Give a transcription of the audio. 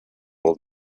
old